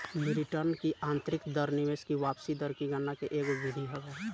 return की आतंरिक दर निवेश की वापसी दर की गणना के एगो विधि हवे